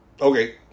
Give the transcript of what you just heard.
Okay